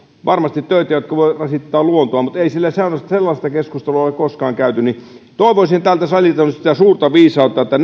varmasti töitä jotka voivat rasittaa luontoa mutta ei siellä sellaista keskustelua ole koskaan käyty toivoisin tältä salilta nyt sitä suurta viisautta että